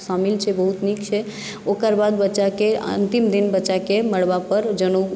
शामिल छै बहुत नीक छै ओकर बाद बच्चाकेँ अन्तिम दिन बच्चाकेँ मड़वापर जनेउ